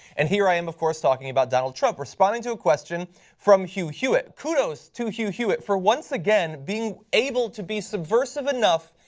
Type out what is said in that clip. and here i am of course talking about donald trump responding to a question from hugh hewitt. kudos to hugh hewitt for once again being able to be subversive enough.